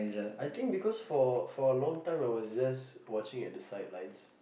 I think because for for a long time I was just watching at the sidelines